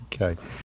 Okay